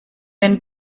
wenn